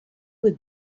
would